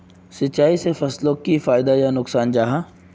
सिंचाई से फसलोक की फायदा या नुकसान जाहा?